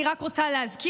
אני רק רוצה להזכיר,